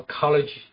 college